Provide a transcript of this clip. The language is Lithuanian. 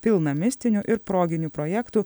pilna mistinių ir proginių projektų